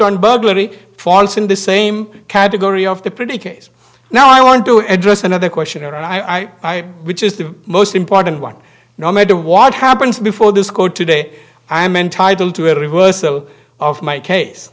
on burglary false in the same category of the pretty case now i want to address another question or i which is the most important one no matter what happens before this court today i am entitled to a reversal of my case